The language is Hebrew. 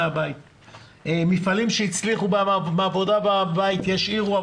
מפעלים שהצליחו בעבודה מהבית ישאירו את